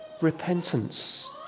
repentance